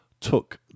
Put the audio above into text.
took